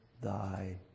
thy